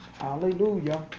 Hallelujah